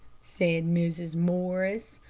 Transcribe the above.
said mrs. morris.